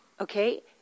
Okay